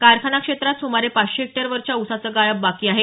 कारखाना क्षेत्रात सुमारे पाचशे हेक्टरवरच्या ऊसाचं गाळप बाकी आहे